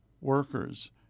workers